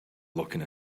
looking